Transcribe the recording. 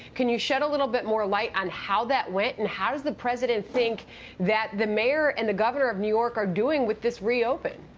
can you shed a little bit more light on how that went and how does the president think that the mayor and the governor of new york are doing with this reopen?